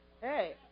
Hey